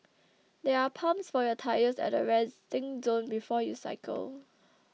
there are pumps for your tyres at the resting zone before you cycle